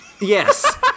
Yes